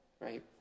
right